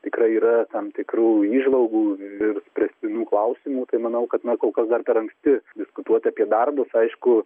tikrai yra tam tikrų įžvalgų ir spręstinų klausimų tai manau kad na kol kas dar per anksti diskutuoti apie darbus aišku